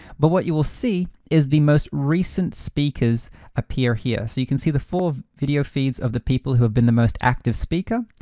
but what you will see is the most recent speakers appear here. so you can see the full video feeds of the people who have been the most active speaker.